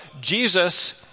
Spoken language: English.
Jesus